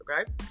okay